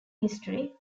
history